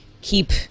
keep